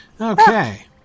Okay